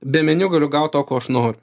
be meniu galiu gaut to ko aš noriu